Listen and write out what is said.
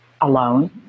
alone